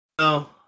No